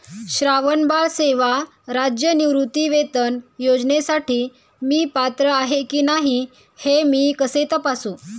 श्रावणबाळ सेवा राज्य निवृत्तीवेतन योजनेसाठी मी पात्र आहे की नाही हे मी कसे तपासू?